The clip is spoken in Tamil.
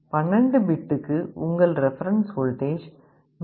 12 பிட்டுக்கு உங்கள் ரெபரன்ஸ் வோல்டேஜ் 3